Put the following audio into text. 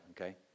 okay